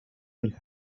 del